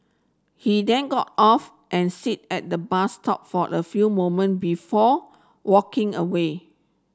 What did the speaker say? he then got off and sit at the bus stop for a few moment before walking away